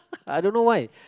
I don't know why